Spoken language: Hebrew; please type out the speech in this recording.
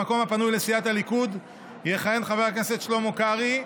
במקום הפנוי לסיעת הליכוד יכהן חבר הכנסת שלמה קרעי,